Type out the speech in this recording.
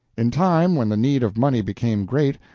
in time when the need of money became great,